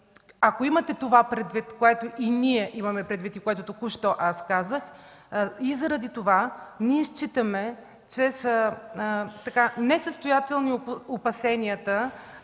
Ако имате това предвид, което и ние имаме предвид и аз току-що казах, считаме, че са несъстоятелни опасенията